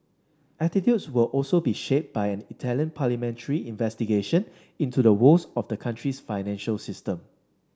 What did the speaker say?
attitudes will also be shaped by an Italian parliamentary investigation into the woes of the country's financial system